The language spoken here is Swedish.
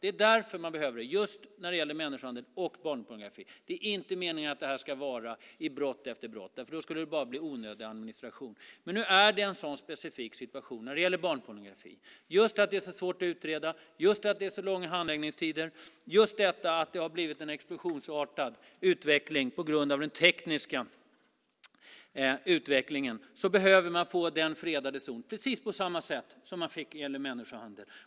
Det är därför man behöver öronmärkning just när det gäller människohandel och barnpornografi. Det är inte meningen att det här ska finnas för brott efter brott, för då skulle det bara bli en onödig administration. Men barnpornografi är just en sådan specifik situation som är så svår att utreda. Det är långa handläggningstider, och det har blivit en explosionsartad utveckling på grund av den tekniska utvecklingen. Man behöver alltså få den fredade zonen, precis på samma sätt som man fick när det gällde människohandeln.